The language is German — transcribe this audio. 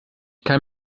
kann